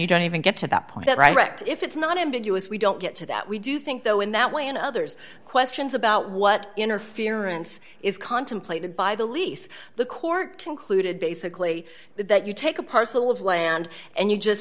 you don't even get to that point right rect if it's not ambiguous we don't get to that we do think though in that way and others questions about what interference is contemplated by the lease the court concluded basically that you take a parcel of land and you just